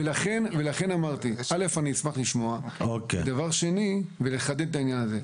לכן אמרתי שאני אשמח לשמוע ולחדד את העניין הזה.